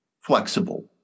flexible